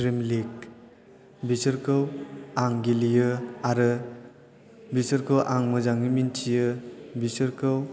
dream league बिसोरखौ आं गेलेयो आरो बिसोरखौ आं मोजाङै मिन्थियो बिसोरखौ